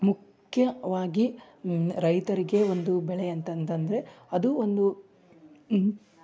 ಮುಖ್ಯವಾಗಿ ರೈತರಿಗೆ ಒಂದು ಬೆಳೆಯಂತಂತಂದರೆ ಅದು ಒಂದು